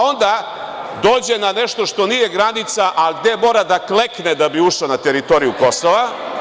Onda dođe na nešto što nije granica, a gde mora da klekne da bi ušao na teritoriju Kosova…